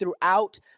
throughout